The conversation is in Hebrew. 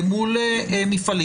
אל מול מפעלים,